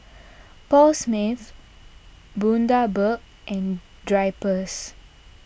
Paul Smith Bundaberg and Drypers